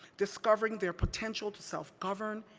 discovering their potential to self govern,